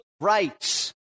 rights